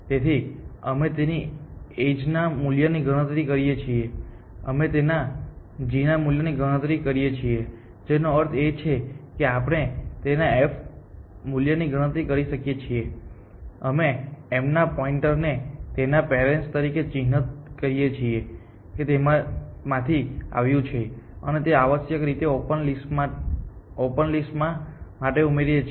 તેથી અમે તેની એજ ના મૂલ્યની ગણતરી કરીએ છીએ અમે તેના g મૂલ્યની ગણતરી કરીએ છીએ જેનો અર્થ એ છે કે આપણે તેના f મૂલ્યની ગણતરી કરી શકીએ છીએ અમે m ના પોઇન્ટરને તેના પેરેન્ટ્સ તરીકે ચિહ્નિત કરીએ છીએ કે તે માંથી આવ્યું છે અને તેને આવશ્યકરીતે ઓપન લિસ્ટ માં માટે ઉમેરીએ છીએ